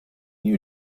you